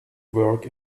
work